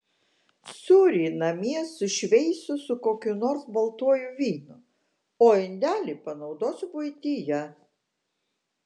sūrį namie sušveisiu su kokiu nors baltuoju vynu o indelį panaudosiu buityje